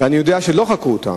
ואני יודע שלא חקרו אותם.